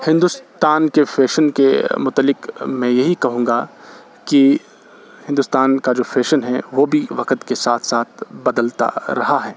ہندوستان کے فیشن کے متعلق میں یہی کہوں گا کہ ہندوستان کا جو فیشن ہے وہ بھی وقت کے ساتھ ساتھ بدلتا رہا ہے